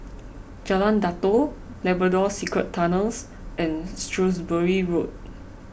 Jalan Datoh Labrador Secret Tunnels and Shrewsbury Road